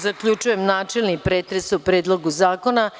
Zaključujem načelni pretres o Predlogu zakona.